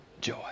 joy